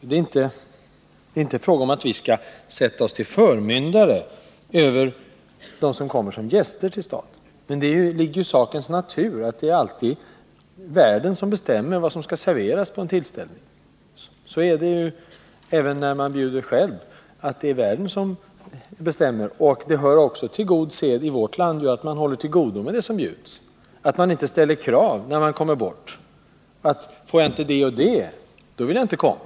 Det är inte fråga om att vi skall sätta oss som förmyndare över dem som kommer som statens gäster. Men det ligger ju i sakens natur att det alltid är värden som bestämmer vad som skall serveras på en tillställning. Det hör också till god sed i vårt land att den som går bort håller till godo med det som bjuds, att man inte ställer krav och säger att ”får jag inte det och det vill jag inte komma”.